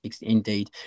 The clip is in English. Indeed